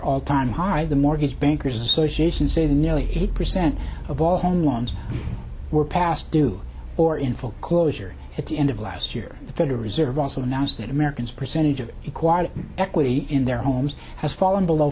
all time high the mortgage bankers association say that nearly eight percent of all home loans were past due or in full closure at the end of last year the federal reserve also announced that americans percentage of required equity in their homes has fallen below